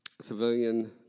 civilian